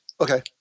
Okay